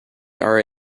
are